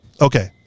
Okay